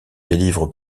délivre